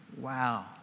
Wow